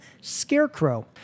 Scarecrow